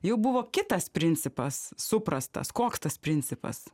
jau buvo kitas principas suprastas koks tas principas